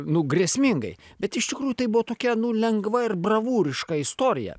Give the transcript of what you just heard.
nu grėsmingai bet iš tikrųjų tai buvo tokia nu lengva ir bravūriška istorija